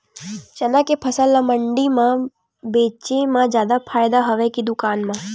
चना के फसल ल मंडी म बेचे म जादा फ़ायदा हवय के दुकान म?